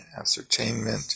ascertainment